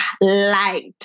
light